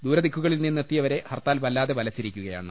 ദൂരദിക്കുക ളിൽനിന്നെത്തിയവരെ ഹർത്താൽ വല്ലാതെ വലച്ചിരിക്കുകയാണ്